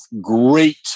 great